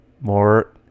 more